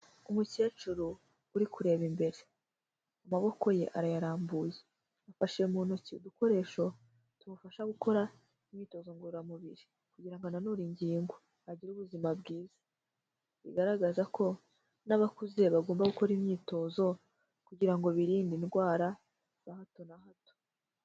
Umukecuru uri kureba imbere, amaboko ye arayarambuye afashe mu ntoki udukoresho tumufasha gukora imyitozo ngororamubiri kugira ngo ananure ingingo agire ubuzima bwiza, bigaragaza ko n'abakuze bagomba gukora imyitozo kugira ngo birinde indwara za hato na hato.